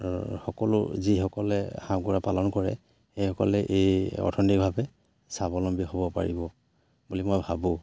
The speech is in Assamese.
সকলো যিসকলে হাঁহ কুকুৰা পালন কৰে সেইসকলে এই অৰ্থনৈতিকভাৱে স্বাৱলম্বী হ'ব পাৰিব বুলি মই ভাবোঁ